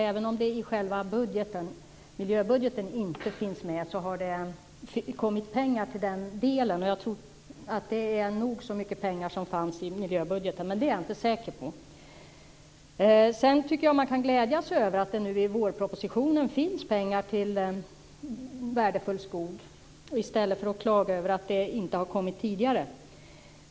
Även om det alltså inte finns med i själva miljöbudgeten har det ändå kommit pengar till den delen. Jag tror att det är nog så mycket pengar som fanns i miljöbudgeten, men det är jag inte säker på. Sedan tycker jag att man kan glädjas över att det nu i vårpropositionen finns pengar till värdefull skog i stället för att klaga över att det inte har kommit tidigare.